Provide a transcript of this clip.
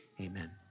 Amen